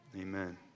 Amen